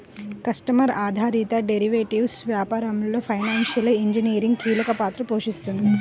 customer ఆధారిత derivatives వ్యాపారంలో financial engineering కీలక పాత్ర పోషిస్తుంది